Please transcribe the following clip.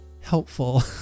helpful